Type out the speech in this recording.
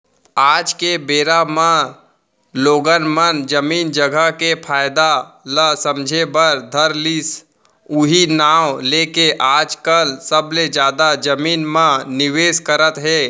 आज के बेरा म लोगन मन जमीन जघा के फायदा ल समझे बर धर लिस उहीं नांव लेके आजकल सबले जादा जमीन म निवेस करत हे